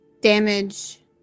damage